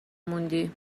موندی